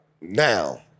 now